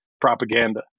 propaganda